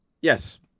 Yes